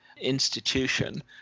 institution